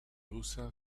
haussa